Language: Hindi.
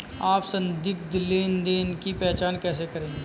आप संदिग्ध लेनदेन की पहचान कैसे करेंगे?